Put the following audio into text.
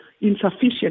insufficient